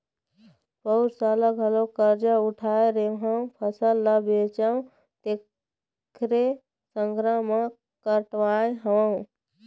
पउर साल घलोक करजा उठाय रेहेंव, फसल ल बेचेंव तेखरे संघरा म कटवाय हँव